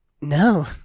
No